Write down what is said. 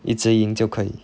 一直赢就可以